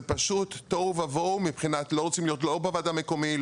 זה פשוט תוהו ובוהו מהבחינה שלא רוצים להיות לא בוועדה המקומית,